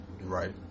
Right